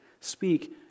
Speak